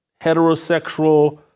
heterosexual